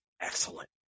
excellent